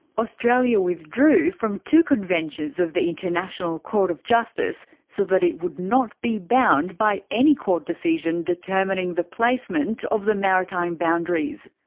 australia withdrew from two conventions of the international court of justice so that it would not be bound by any court decision determining the placement of the maritime boundaries.